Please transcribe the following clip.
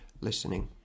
listening